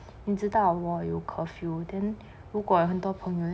你知道我有 curfew then 如果很多朋友 then